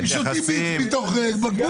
מתייחסים.